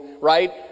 right